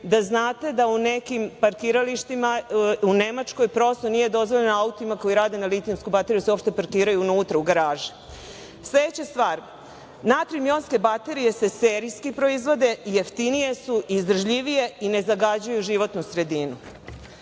Da znate da u nekim parkiralištima u Nemačkoj prosto nije dozvoljeno autima koji rade na litijumsku bateriju da se uopšte parkiraju unutra u garaži. Sledeća stvar, natrijum jonske baterije se serijski proizvode, jeftinije su, izdržljivije i ne zagađuju životnu